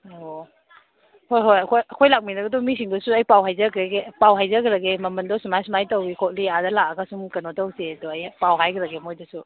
ꯑꯣ ꯍꯣꯏ ꯍꯣꯏ ꯑꯩꯈꯣꯏ ꯑꯩꯈꯣꯏ ꯂꯥꯛꯃꯤꯟꯅꯒꯗꯕ ꯃꯤꯁꯤꯡꯗꯁꯨ ꯑꯩ ꯄꯥꯎ ꯍꯥꯏꯖꯈ꯭ꯔꯒꯦ ꯄꯥꯎ ꯍꯥꯏꯖꯈ꯭ꯔꯒꯦ ꯃꯃꯟꯗꯣ ꯁꯨꯃꯥꯏ ꯁꯨꯃꯥꯏꯅ ꯇꯧꯋꯤ ꯈꯣꯠꯂꯤ ꯑꯥꯗ ꯂꯥꯛꯑꯒ ꯁꯨꯝ ꯀꯨꯅꯣ ꯇꯧꯁꯦꯗꯣ ꯑꯩ ꯄꯥꯎ ꯍꯥꯏꯈ꯭ꯔꯒꯦ ꯃꯣꯏꯗꯁꯨ